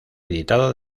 editada